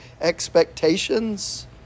expectations